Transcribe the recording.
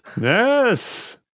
yes